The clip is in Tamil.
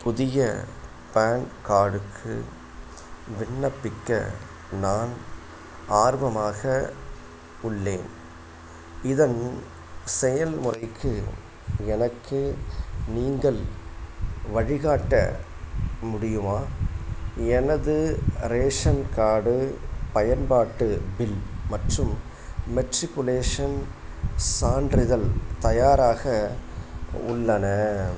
புதிய பான் கார்டுக்கு விண்ணப்பிக்க நான் ஆர்வமாக உள்ளேன் இதன் செயல்முறைக்கு எனக்கு நீங்கள் வழிகாட்ட முடியுமா எனது ரேஷன் கார்டு பயன்பாட்டு பில் மற்றும் மெட்ரிகுலேஷன் சான்றிதழ் தயாராக உள்ளன